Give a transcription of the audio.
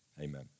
amen